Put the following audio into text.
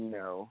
no